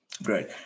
Great